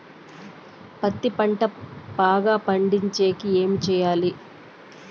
పత్తి పంట బాగా పండే కి ఏమి చెయ్యాలి?